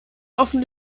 offen